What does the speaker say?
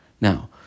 Now